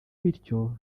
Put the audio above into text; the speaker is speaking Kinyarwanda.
bityo